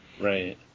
Right